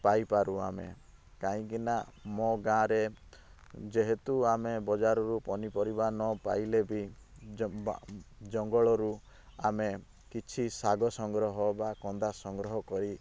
ପାଇପାରୁ ଆମେ କାଇଁକି ନା ମୋ ଗାଁରେ ଯେହେତୁ ଆମେ ବଜାରରୁ ପନିପରିବା ନ ପାଇଲେ ବି ଜଙ୍ଗଲରୁ ଆମେ କିଛି ଶାଗ ସଂଗ୍ରହ ବା କନ୍ଦା ସଂଗ୍ରହ କରି